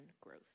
growth